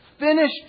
finished